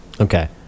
Okay